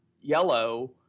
yellow